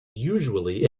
usually